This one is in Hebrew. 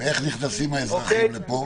ואיך נכנסים האזרחים לפה?